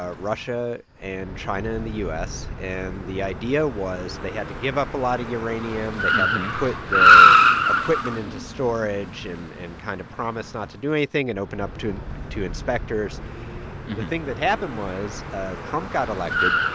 ah russia and china and the u s. and the idea was they had to give up a lot of uranium. they had to put their equipment into storage and and kind of promise not to do anything and open up to inspectors the thing that happened was ah trump got elected.